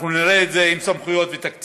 אנחנו נראה את זה עם סמכויות ותקציב,